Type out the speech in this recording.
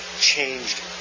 changed